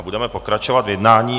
Budeme pokračovat v jednání.